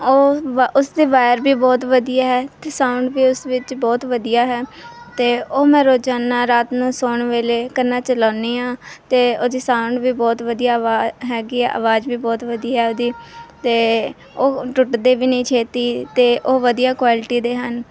ਉਹ ਉਸਦੇ ਵਾਇਰ ਵੀ ਬਹੁਤ ਵਧੀਆ ਹੈ ਅਤੇ ਸਾਊਂਡ ਵੀ ਉਸ ਵਿੱਚ ਬਹੁਤ ਵਧੀਆ ਹੈ ਅਤੇ ਉਹ ਮੈਂ ਰੋਜ਼ਾਨਾ ਰਾਤ ਨੂੰ ਸੌਣ ਵੇਲੇ ਕੰਨਾਂ 'ਚ ਲਾਉਂਦੀ ਹਾਂ ਅਤੇ ਉਹਦੀ ਸਾਊਂਡ ਵੀ ਬਹੁਤ ਵਧੀਆ ਅਵਾਜ਼ ਹੈਗੀ ਆ ਆਵਾਜ਼ ਵੀ ਬਹੁਤ ਵਧੀਆ ਉਹਦੀ ਅਤੇ ਉਹ ਟੁੱਟਦੇ ਵੀ ਨਹੀਂ ਛੇਤੀ ਅਤੇ ਉਹ ਵਧੀਆ ਕੁਆਲਿਟੀ ਦੇ ਹਨ